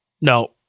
no